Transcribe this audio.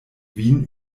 wien